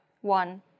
One